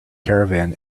caravan